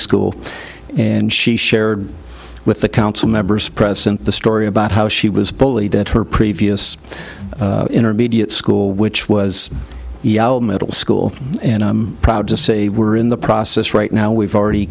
school and she shared with the council members present the story about how she was bullied at her previous intermediate school which was middle school and i'm proud to say we're in the process right now we've already